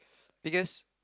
because